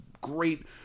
great